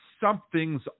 something's